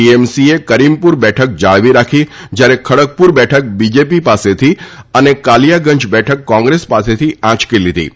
ટીએમસીએ કરીમપુર બેઠક જાળવી રાખી જયારે ખડકપુર બેઠક બીજેપી પાસેથી અને કાલીયાગંજ બેઠક કોંગ્રેસ પાસેથી આંયકી લીધી છે